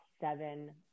seven